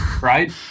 right